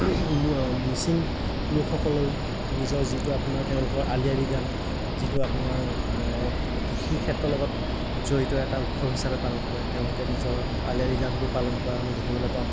মিচিং লোকসকলেও নিজৰ যিটো আপোনালোকৰ আলি আই লিগাং যিটো আপোনাৰ কৃষি ক্ষেত্ৰৰ লগত জড়িত এটা উৎসৱ হিচাপে পালন কৰে তেওঁলোকে নিজৰ আলি আই লিগাংটো পালন কৰা আমি দেখিবলৈ পাওঁ